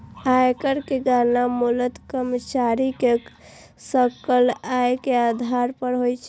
आयकर के गणना मूलतः कर्मचारी के सकल आय के आधार पर होइ छै